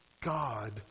God